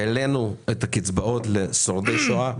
העלינו את הקצבאות לשורדי שואה,